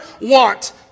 want